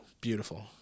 beautiful